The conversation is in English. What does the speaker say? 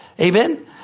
Amen